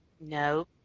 No